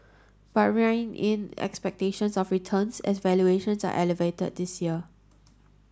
but rein in expectations of returns as valuations are elevated this year